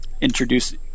introduce